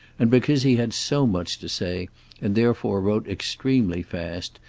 and because he had so much to say and therefore wrote extremely fast,